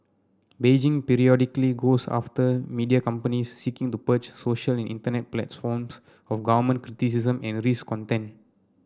Beijing periodically goes after media companies seeking to purge social internet platforms of government criticism and risque content